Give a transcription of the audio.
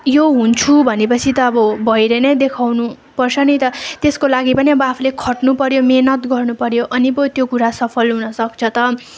यो हुन्छु भने पछि त अब भएर नै देखाउनु पर्छ नि त त्यसको लागि पनि अब आफूले खट्नु पऱ्यो मेहेनत गर्नु पऱ्यो अनि पो त्यो कुरा सफल हुन सक्छ त